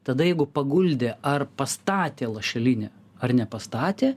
tada jeigu paguldė ar pastatė lašelinę ar nepastatė